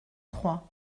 trois